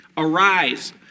Arise